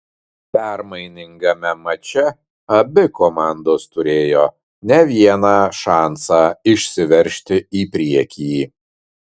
permainingame mače abi komandos turėjo ne vieną šansą išsiveržti į priekį